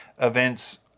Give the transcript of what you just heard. events